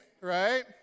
right